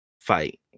fight